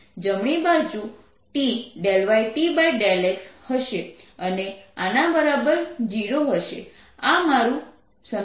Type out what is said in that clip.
જમણી બાજુ T yT∂x હશે અને આના બરાબર 0 હશે આ મારું સમીકરણ બે છે